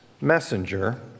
messenger